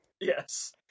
Yes